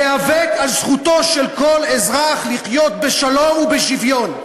להיאבק על זכותו של כל אזרח לחיות בשלום ובשוויון.